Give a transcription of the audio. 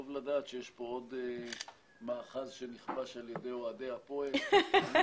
טוב לדעת שיש פה עוד מאחז שנכבש על ידי אוהדי הפועל --- הנה,